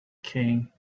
king